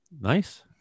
nice